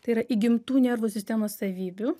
tai yra įgimtų nervų sistemos savybių